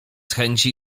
chęci